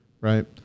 right